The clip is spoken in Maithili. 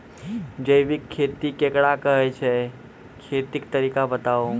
जैबिक खेती केकरा कहैत छै, खेतीक तरीका बताऊ?